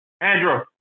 Andrew